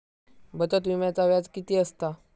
बचत विम्याचा व्याज किती असता?